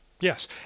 Yes